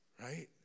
Right